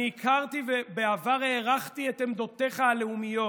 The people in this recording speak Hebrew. אני הכרתי, ובעבר הערכתי את עמדותיך הלאומיות,